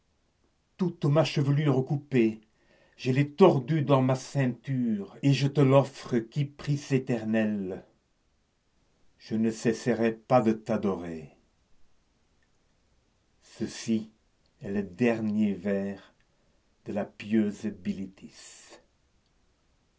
toute ma chevelure coupée je l'ai tordue dans ma ceinture et je te l'offre kypris éternelle je ne cesserai pas de t'adorer ceci est le dernier vers de la pieuse